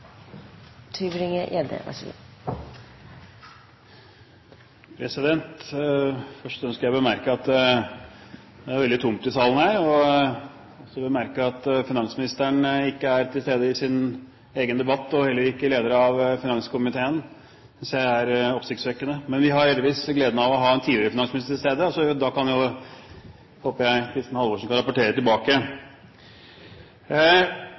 veldig tomt i salen her. Så vil jeg bemerke at finansministeren ikke er til stede i sin egen debatt, og det er heller ikke lederen av finanskomiteen. Det synes jeg er oppsiktsvekkende. Men vi har heldigvis gleden av å ha en tidligere finansminister til stede. Da håper jeg Kristin Halvorsen kan rapportere tilbake.